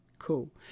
cool